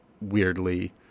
weirdly